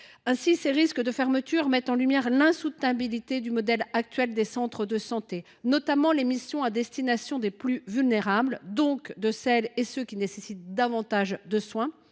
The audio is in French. Ainsi, ces risques de fermeture mettent en lumière l’insoutenabilité du modèle actuel des centres de santé, notamment pour financer les missions à destination des plus vulnérables, c’est à dire celles et ceux qui nécessitent davantage de soins.,